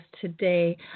today